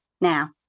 now